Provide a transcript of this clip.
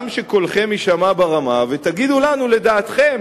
גם שקולכם יישמע ברמה ותגידו לנו מה לדעתכם